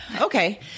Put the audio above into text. Okay